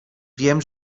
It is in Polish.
wiem